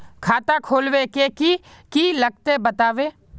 खाता खोलवे के की की लगते बतावे?